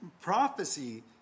prophecy